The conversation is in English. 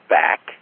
back